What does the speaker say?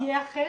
יהיה אחרת?